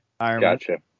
gotcha